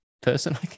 person